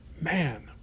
Man